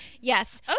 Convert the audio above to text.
Yes